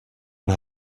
und